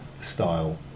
style